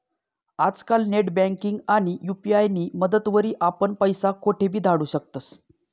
आजकाल नेटबँकिंग आणि यु.पी.आय नी मदतवरी आपण पैसा कोठेबी धाडू शकतस